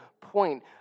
point